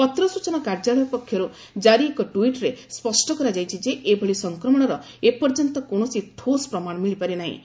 ପତ୍ର ସୂଚନା କାର୍ଯ୍ୟାଳୟ ପକ୍ଷରୁ କାରି ଏକ ଟ୍ୱିଟ୍ରେ ସ୍କଷ୍ଟ କରାଯାଇଛି ଯେ ଏଭଳି ସଂକ୍ରମଣର ଏପର୍ଯ୍ୟନ୍ତ କୌଣସି ଠୋସ୍ ପ୍ରମାଣ ମିଳିପାରିନାହିଁ